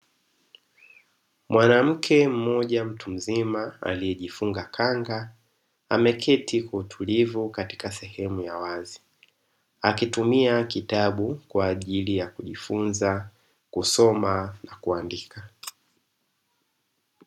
Mwanamke mmoja mtu mzima aliyejifunga kanga, ameketi kwa utulivu katika sehemu ya wazi, akitumia kitabu kwa ajili ya kujifunza kusoma na kuandika.